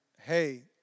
hey